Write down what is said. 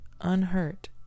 Unhurt